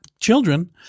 children